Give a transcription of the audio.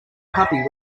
puppy